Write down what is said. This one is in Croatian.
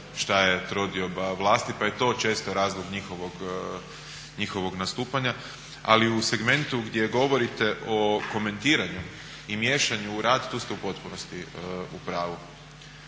šta je trodioba vlasti pa je to često razlog njihovog nastupanja. Ali u segmentu gdje govorite o komentiranju i miješanju u rad, tu ste u potpunosti u pravu.